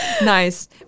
nice